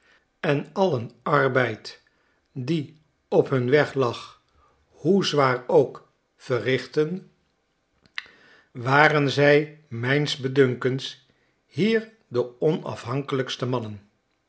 en alien arbeid die op hun weg lag hoe zwaar ook verrichtten waren zij mijns bedunkens hier de onafhankelijkste mannen